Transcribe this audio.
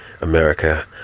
America